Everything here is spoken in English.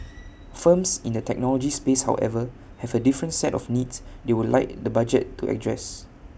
firms in the technology space however have A different set of needs they would like the budget to address